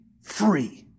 free